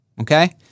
Okay